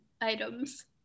items